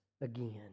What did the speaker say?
again